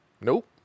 Nope